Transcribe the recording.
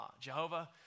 Jehovah